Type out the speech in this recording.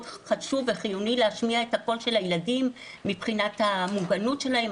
חשוב וחיוני להשמיע את הקול של הילדים מבחינת המובנות שלהם,